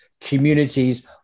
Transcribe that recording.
communities